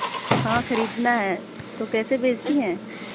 हाँ खरीदना है तो कैसे बेचती हैं